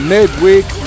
Midweek